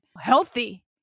healthy